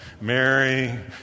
Mary